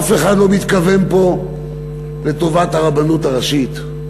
אף אחד לא מתכוון פה לטובת הרבנות הראשית,